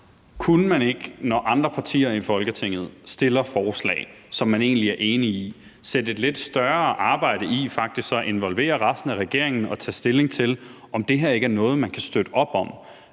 Kunne man ikke, når andre partier i Folketinget fremsætter forslag, som man egentlig er enig i, sætte et lidt større arbejde i faktisk at involvere resten af regeringen og tage stilling til, om ikke det her er noget, man kan støtte op om?